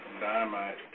dynamite